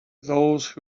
those